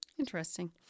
interesting